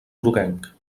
groguenc